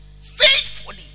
faithfully